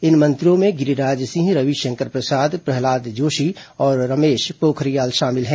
इन मंत्रियों में गिरीराज सिंह रविशंकर प्रसाद प्रहलाद जोशी और रमेश पोखरियाल शामिल हैं